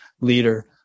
leader